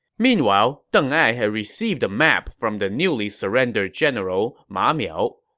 meanwhile, deng ai had received a map from the newly surrendered general ma miao.